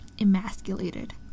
emasculated